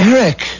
Eric